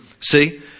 See